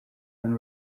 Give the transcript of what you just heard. and